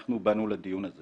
אנחנו באנו לדיון הזה